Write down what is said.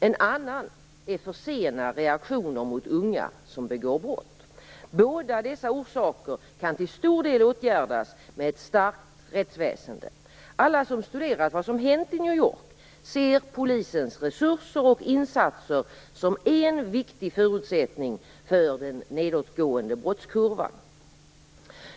En annan är för sena reaktioner mot unga som begår brott. Både dessa orsaker kan till stor del åtgärdas med ett starkt rättsväsende. Alla som studerat vad som hänt i New York ser polisens resurser och insatser som en viktig förutsättning för den nedåtgående brottskurvan.